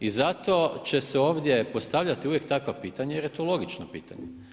I zato će se ovdje postavljati uvijek takva pitanja, jer je to logično pitanje.